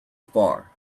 far